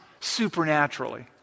supernaturally